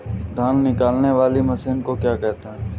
धान निकालने वाली मशीन को क्या कहते हैं?